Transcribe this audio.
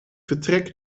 vertrek